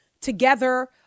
together